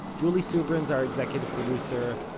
julie subrin's our executive producer.